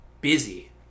busy